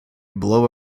blow